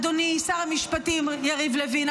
אדוני שר המשפטים יריב לוין,